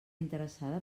interessada